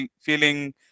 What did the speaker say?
feeling